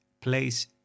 place